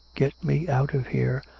get me out of here.